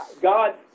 God